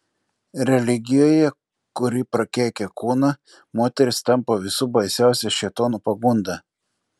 religijoje kuri prakeikia kūną moteris tampa visų baisiausia šėtono pagunda